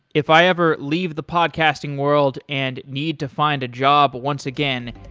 if i ever leave the podcasting world and need to find a job once again,